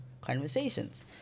conversations